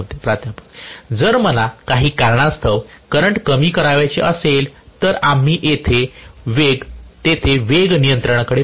प्राध्यापक जर मला काही कारणास्तव करंट कमी करावयाचे असेल तर आम्ही तेथे वेग नियंत्रणाकडे पाहू